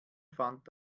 fand